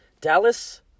Dallas